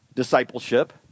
Discipleship